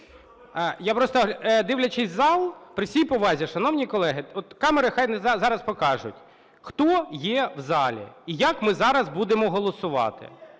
Я просто, дивлячись у зал, при всій повазі, шановні колеги, от камери, хай зараз покажуть, хто є в залі і як ми зараз будемо голосувати.